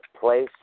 place